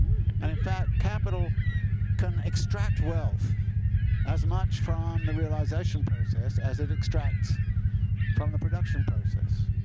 and in fact, capital can extract wealth as much from the realization process as it extracts from the production process.